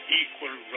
equal